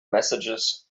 messages